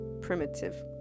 primitive